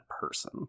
person